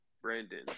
Brandon